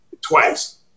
twice